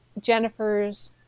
Jennifer's